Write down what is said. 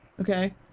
Okay